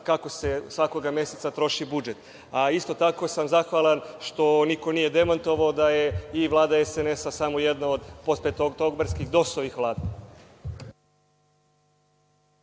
kako se svakoga meseca troši budžet. Isto tako, sam zahvalan što niko nije demantovao da je i Vlada SNS, samo jedna od postpetooktobarskih DOS-ovih vlada.